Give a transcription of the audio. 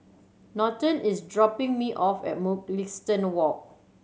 Norton is dropping me off at Mugliston Walk